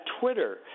Twitter